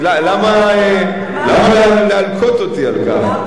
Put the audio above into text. אז למה להלקות אותי על כך?